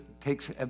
takes